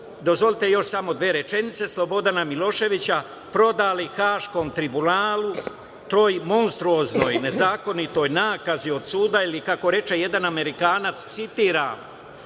dozvolite samo još dve rečenice, Slobodana Miloševića prodali Haškom tribunalu, toj monstruoznoj, nezakonitoj nakazi od suda, ili kako reče jedan Amerikanac, citira